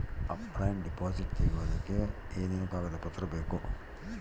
Offline deposit ತೆಗಿಯೋದಕ್ಕೆ ಏನೇನು ಕಾಗದ ಪತ್ರ ಬೇಕು?